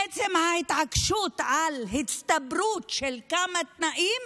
עצם ההתעקשות על הצטברות של כמה תנאים.